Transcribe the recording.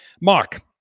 mark